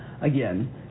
again